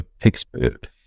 expert